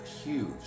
huge